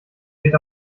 geht